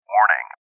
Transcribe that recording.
Warning